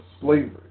slavery